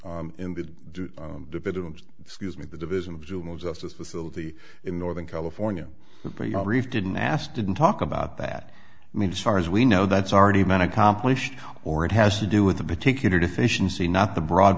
defendants excuse me the division of juvenile justice facility in northern california didn't ask didn't talk about that means far as we know that's already been accomplished or it has to do with a particular deficiency not the broad